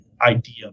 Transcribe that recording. idea